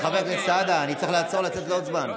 חבר הכנסת סעדה, אני צריך לעצור ולתת לו עוד זמן.